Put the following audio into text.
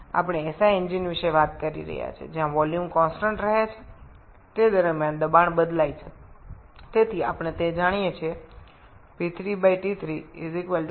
এখানে আমরা একটি এসআই ইঞ্জিনের ব্যাপারে কথা বলছি যেখানে আয়তন স্থির থাকে চাপ পরিবর্তিত হয়